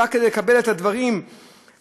רק כדי לקבל את הדברים המינימליים,